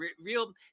real